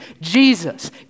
Jesus